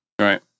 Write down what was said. Right